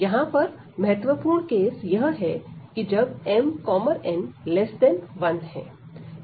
यहां पर महत्वपूर्ण केस यह है जब mn1 है